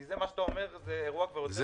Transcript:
כי מה שאתה אומר זה אירוע הרבה יותר גדול.